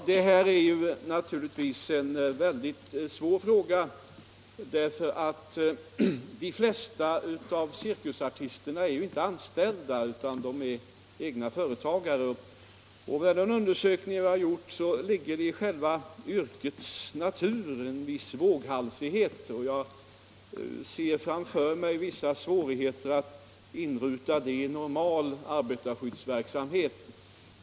Herr talman! Deua är en mycket svår fråga. eftersom flertalet cirkusartister inte är anställda utan egna företagare. Enligt den undersökning som vi gjort ligger det i själva yrkets natur en viss våghalsighet, och jag ser framför mig vissa svårigheter att inruta artisterna i normal arbetarskyddsverksamhet.